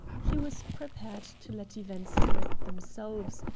he was prepared to let events direct themselves,